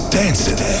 dancing